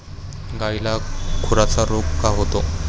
गायीला खुराचा रोग का होतो?